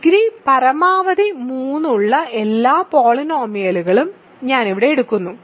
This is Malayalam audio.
ഡിഗ്രി പരമാവധി 3 ഉള്ള എല്ലാ പോളിനോമിയലുകളും ഞാൻ ഇവിടെ എടുക്കുന്നു